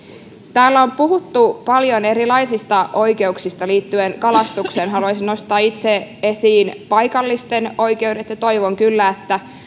täällä on puhuttu paljon erilaisista oikeuksista liittyen kalastukseen haluaisin nostaa itse esiin paikallisten oikeudet ja toivon kyllä että